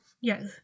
yes